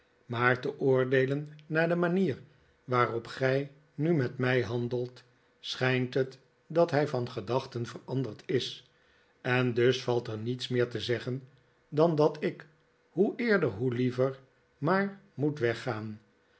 maar te oordeelen naar de manier waarop gij nu met mij handelt schijnt het dat hij van gedachten veranderd is en dus valt er niets meer te zeggen dan dat ik hoe eerder hoe liever maar moet weggaan